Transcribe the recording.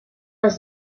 was